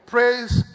Praise